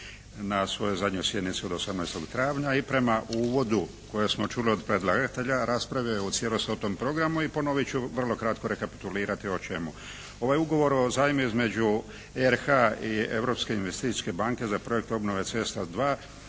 na svojoj zadnjoj sjednici od 18. travnja i prema uvodu kojeg smo čuli od predlagatelja raspravio je u cijelosti o tom programu i ponovit ću, vrlo kratko rekapitulirati o čemu. Ovaj Ugovor o zajmu između RH i Europske investicijske banke za projekt "Obnove cesta